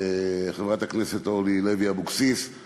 חברת הכנסת אורלי לוי אבקסיס בכנסת הקודמת.